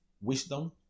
wisdom